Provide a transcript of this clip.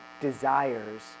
desires